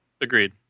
agreed